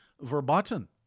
verboten